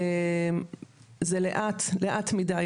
זה לאט מדי.